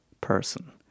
person